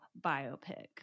biopic